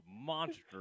monster